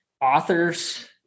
authors